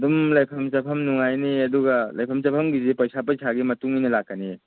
ꯑꯗꯨꯝ ꯂꯩꯐꯝ ꯆꯥꯐꯝ ꯅꯨꯡꯉꯥꯏꯅꯤ ꯑꯗꯨꯒ ꯂꯩꯐꯝ ꯆꯥꯐꯝꯒꯤꯗꯤ ꯄꯩꯁꯥ ꯄꯩꯁꯥꯒꯤ ꯃꯇꯨꯡ ꯏꯟꯅ ꯂꯥꯛꯀꯅꯤꯌꯦ